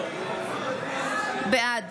בעד